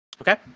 Okay